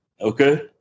Okay